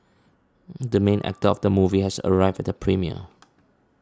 the main actor of the movie has arrived at the premiere